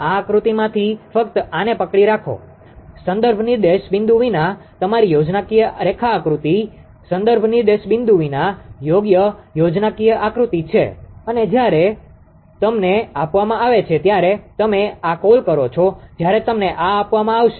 આ આકૃતિમાંથી ફક્ત આને પકડી રાખો સંદર્ભ નિર્દેશ બિંદુ વિના તમારી યોજનાકીય રેખાકૃતિ સંદર્ભ નિર્દેશ બિંદુ વિના યોગ્ય યોજનાકીય આકૃતિ છે અને જ્યારે તમને આપવામાં આવે છે ત્યારે તમે આ કોલ કરો છો જ્યારે તમને આ આપવામાં આવશે